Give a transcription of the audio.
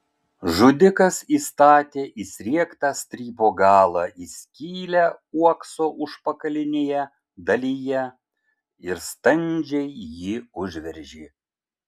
žudikas įstatė įsriegtą strypo galą į skylę uokso užpakalinėje dalyje ir standžiai jį užveržė